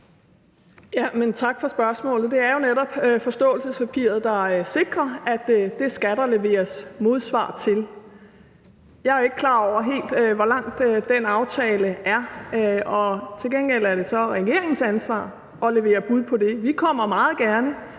Tak for spørgsmålet. Det er jo netop forståelsespapiret, der sikrer, at det skal der leveres modsvar til. Jeg er ikke helt klar over, hvor langt den aftale er, men til gengæld er det så regeringens ansvar at levere bud på det. Vi kommer meget gerne